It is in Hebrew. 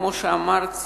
כמו שאמרתי